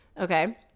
Okay